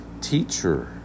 Teacher